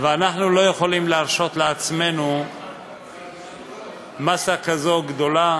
ואנחנו לא יכולים להרשות לעצמנו מאסה כזאת גדולה,